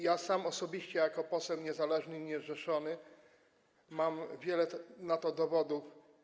Ja sam osobiście jako poseł niezależny i niezrzeszony mam wiele na to dowodów.